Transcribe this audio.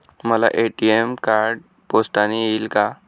मला ATM card पोस्टाने येईल का?